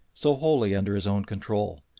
so wholly under his own control,